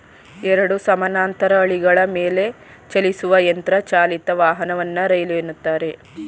ಎರಡು ಸಮಾನಾಂತರ ಹಳಿಗಳ ಮೇಲೆಚಲಿಸುವ ಯಂತ್ರ ಚಾಲಿತ ವಾಹನವನ್ನ ರೈಲು ಎನ್ನುತ್ತಾರೆ